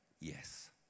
yes